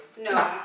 No